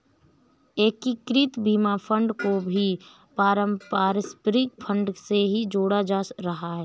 एकीकृत बीमा फंड को भी पारस्परिक फंड से ही जोड़ा जाता रहा है